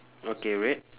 okay red